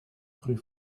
rue